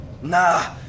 Nah